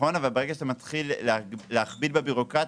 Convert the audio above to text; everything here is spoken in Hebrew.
נכון אבל אתה מתחיל להכביד בבירוקרטיה.